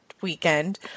weekend